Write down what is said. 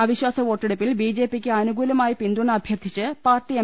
അവിശ്വാസവോട്ടെടുപ്പിൽ ബിജെപിയ്ക്ക് അനുകൂലമായി പിന്തുണ അഭ്യർത്ഥിച്ച് പാർട്ടി എം